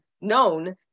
known